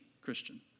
Christian